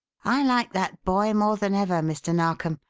i like that boy more than ever, mr. narkom.